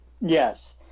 yes